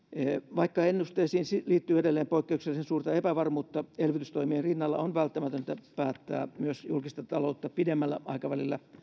vaikka ennusteisiin liittyy edelleen poikkeuksellisen suurta epävarmuutta elvytystoimien rinnalla on välttämätöntä päättää myös julkista taloutta pidemmällä aikavälillä